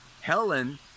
Helen